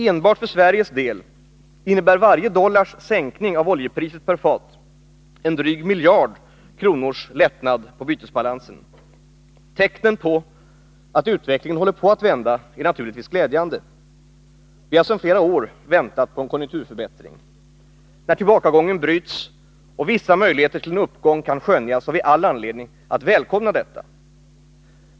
Enbart för Sveriges delinnebär varje dollars sänkning av oljepriset per fat en dryg miljard kronors lättnad på bytesbalansen. Tecknen på att utvecklingen håller på att vända är naturligtvis glädjande. Vi har sedan flera år väntat på en konjunkturförbättring. När tillbakagången bryts och vissa möjligheter till en uppgång kan skönjas har vi all anledning att välkomna detta.